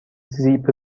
زیپ